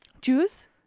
Juice